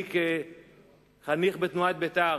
אני, כחניך בתנועת בית"ר